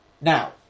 Now